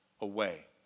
away